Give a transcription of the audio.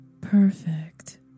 perfect